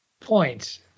points